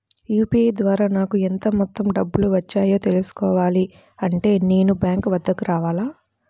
UPI ద్వారా నాకు ఎంత మొత్తం డబ్బులు వచ్చాయో తెలుసుకోవాలి అంటే నేను బ్యాంక్ వద్దకు రావాలా?